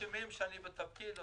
בחודש הימים שאני בתפקיד,